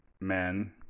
men